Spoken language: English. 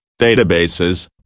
Databases